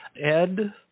Ed